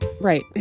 right